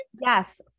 Yes